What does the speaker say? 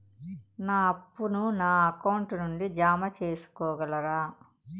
నా అప్పును నా అకౌంట్ నుండి జామ సేసుకోగలరా?